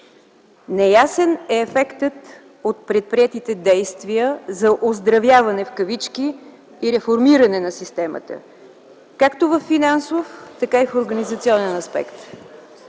Неясен е ефектът от предприетите действия за „оздравяване” и реформиране на системата както във финансов, така и в организационен аспект.